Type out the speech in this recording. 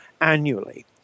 annually